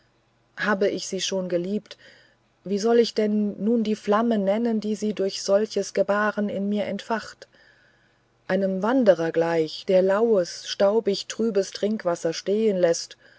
habe ich sie schon geliebt wie soll ich denn nun die flamme nennen die sie durch solches gebaren in mir entfacht einem wanderer gleich der laues staubig trübes trinkwasser stehen läßt